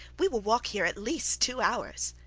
we will walk here at least two hours.